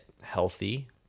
healthy